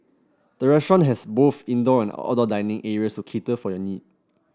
the restaurant has both indoor and outdoor dining areas to cater for your need